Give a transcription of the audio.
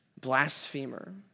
blasphemer